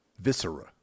viscera